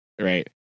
right